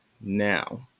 Now